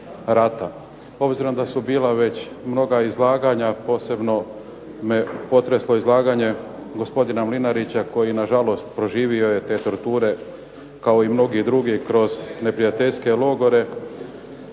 Obzirom da su bila već mnoga izlaganja posebno me potreslo izlaganje gospodina Mlinarića koji na žalost proživio je te torture kao i mnogi drugi kroz neprijateljske logore.